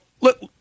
look